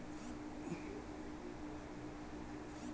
একটি একাউন্ট থেকে দিনে কতবার টাকা পাঠানো য়ায়?